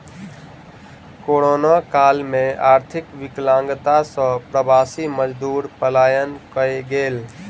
corona काल में आर्थिक विकलांगता सॅ प्रवासी मजदूर पलायन कय गेल